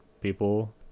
people